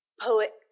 Poet